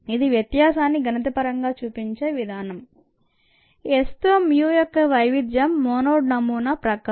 ఇది వ్యత్యాసాన్ని గణితపరంగా చూపించే విధానం Sతో MU యొక్క వైవిధ్యం మోనోడ్ నమూనా ప్రకారం